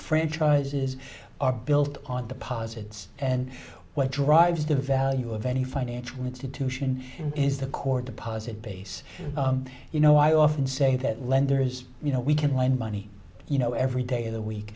franchises are built on the posits and what drives the value of any financial institution is the core deposit base you know i often say that lenders you know we can lend money you know every day of the week